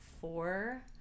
four